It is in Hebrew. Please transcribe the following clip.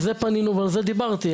על זה פנינו ועל זה דיברתי,